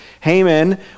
Haman